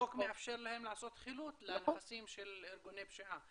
החוק מאפשר להם לעשות חילוט לכספים של ארגוני פשיעה.